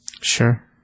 Sure